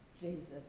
Jesus